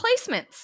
placements